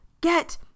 get